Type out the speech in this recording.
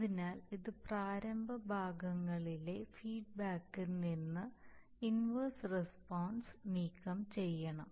അതിനാൽ ഇത് പ്രാരംഭ ഭാഗങ്ങളിലെ ഫീഡ്ബാക്കിൽ നിന്ന് ഇൻവർസ് റസ്പോൺസ് നീക്കംചെയ്യണം